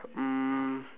hmm